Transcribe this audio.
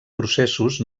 processos